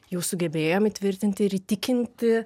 jau sugebėjom įtvirtinti ir įtikinti